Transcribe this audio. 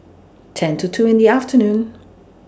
ten to two in The afternoon